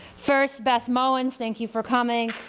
first beth mowins, thank you for coming